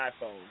iPhone